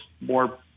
more